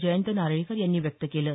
जयंत नारळीकर यांनी व्यक्त केलं आहे